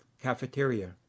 Cafeteria